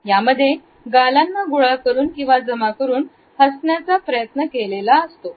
यामध्ये गालांना गोळा करून आणि जमा करून हसण्याचा प्रयत्न केला जातो